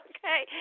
Okay